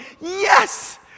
yes